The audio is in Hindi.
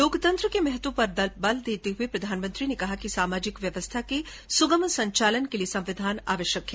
लोकतंत्र के महत्व पर बल देते हुए प्रधानमंत्री ने कहा कि सामाजिक व्यवस्था के सुगम संचालन के लिए संविधान आवश्यक है